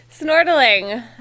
snortling